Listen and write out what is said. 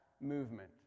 movement